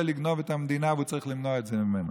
לגנוב את המדינה והוא צריך למנוע את זה ממנו.